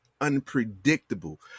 unpredictable